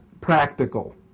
practical